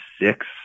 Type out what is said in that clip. six